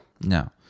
no